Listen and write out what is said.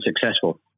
successful